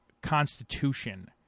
Constitution